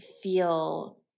feel